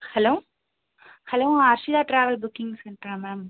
hello hello Arshita travel booking சென்டரா ma'am